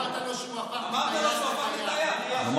אמרת לו שהוא הפך מטייס לטייח.